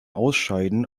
ausscheiden